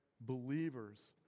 believers